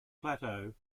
plateau